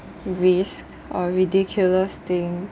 risk or ridiculous thing